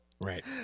Right